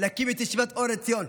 להקים את ישיבת אור עציון.